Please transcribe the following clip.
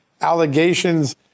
allegations